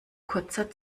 kurzer